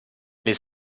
les